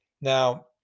Now